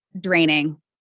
draining